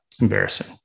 Embarrassing